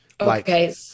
okay